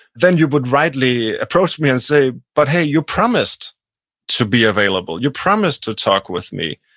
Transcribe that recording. then you would rightly approach me and say, but hey, you promised to be available. you promised to talk with me.